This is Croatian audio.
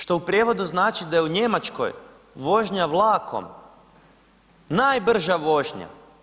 Što u prijevodu znači da u Njemačkoj vožnja vlakom najbrža vožnja.